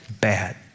Bad